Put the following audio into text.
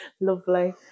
Lovely